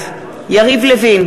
יריב לוין,